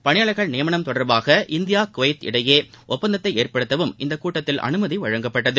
பணியாளர்கள் நியமனம் தொடர்பாக இந்தியா குவைத் இடையே ஒப்பந்தத்தை ஏற்படுத்தவும் இக்கூட்டத்தில் அனுமதி வழங்கப்பட்டது